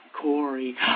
Corey